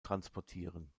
transportieren